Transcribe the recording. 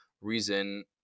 reason